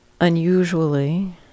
unusually